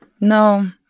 No